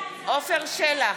עפר שלח,